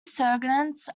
sergeants